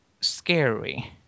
scary